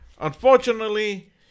unfortunately